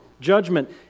judgment